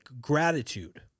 gratitude